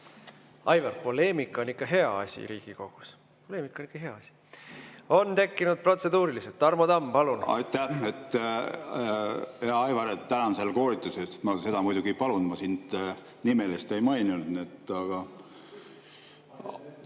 Aivar, poleemika on ikka hea asi Riigikogus. Poleemika on ikka hea asi! On tekkinud protseduurilised. Tarmo Tamm, palun! Aitäh! Hea, Aivar! Tänan selle koolituse eest! Ma seda muidugi ei palunud, ma sind nimeliselt ei maininud, aga ...